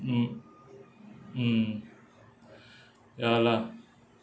mm mm ya lah